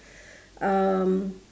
um